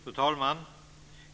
Fru talman!